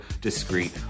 discreet